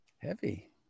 Heavy